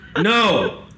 No